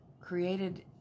created